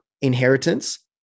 inheritance